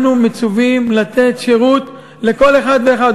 אנחנו מצווים לתת שירות לכל אחד ואחד,